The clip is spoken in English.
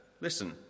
Listen